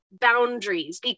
boundaries